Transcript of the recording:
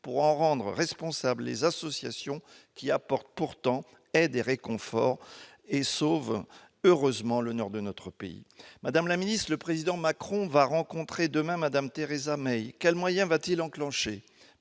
pour en rendre responsables les associations, lesquelles apportent pourtant aide et réconfort à ces mineurs et sauvent heureusement l'honneur de notre pays. Madame la ministre, le président Emmanuel Macron va rencontrer demain Mme Theresa May. Quels moyens va-t-il enclencher